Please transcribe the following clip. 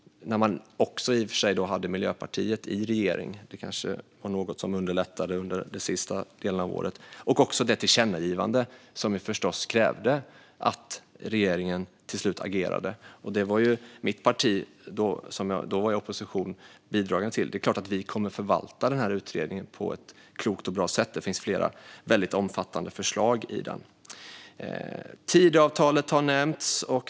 Då hade man i och för sig Miljöpartiet i regeringen. Att det under den sista delen av åren inte var så kanske var något som underlättade. Det handlar också om det tillkännagivande där vi förstås krävde att regeringen till slut skulle agera. Det var mitt parti - jag var då i opposition - bidragande till. Det är klart att vi kommer att förvalta denna utredning på ett klokt och bra sätt. Det finns flera väldigt omfattande förslag i den. Tidöavtalet har nämnts.